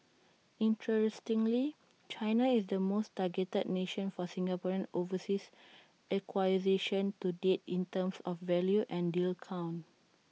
interestingly China is the most targeted nation for Singaporean overseas acquisitions to date in terms of value and deal count